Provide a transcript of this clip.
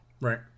Right